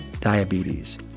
Diabetes